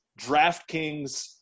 DraftKings